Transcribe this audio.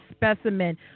specimen